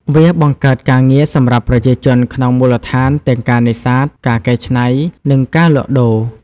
វាបង្កើតការងារសម្រាប់ប្រជាជនក្នុងមូលដ្ឋានទាំងការនេសាទ ការកែច្នៃ និងការលក់ដូរ។